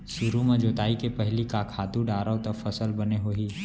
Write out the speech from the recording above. सुरु म जोताई के पहिली का खातू डारव त फसल बने होही?